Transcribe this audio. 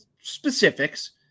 specifics